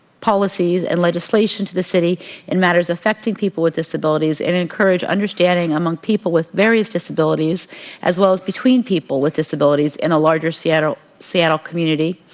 policies and legislation to the city in matters affecting people with disabilities and encourage understanding among people with various disabilities as well as between people with disabilities and a larger seattle seattle community.